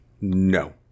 no